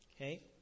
Okay